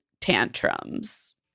tantrums